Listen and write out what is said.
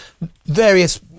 various